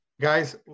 guys